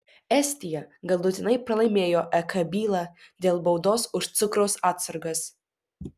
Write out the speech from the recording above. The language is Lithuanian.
estija galutinai pralaimėjo ek bylą dėl baudos už cukraus atsargas